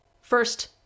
first